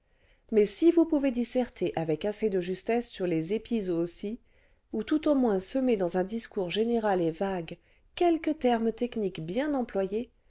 mais si vous pouvez disserter avec assez cle justesse sur les épizooties ou tout au moins semer dans un discours général et vague quelques termes techniques bien employés